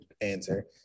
answer